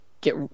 get